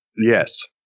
Yes